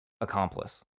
accomplice